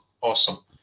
awesome